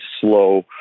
slow